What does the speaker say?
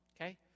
okay